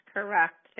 Correct